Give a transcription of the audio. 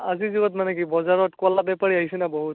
আজিৰ যুগত মানে কি বজাৰত ক'লা বেপাৰী আহিছে ন বহুত